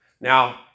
Now